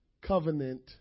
Covenant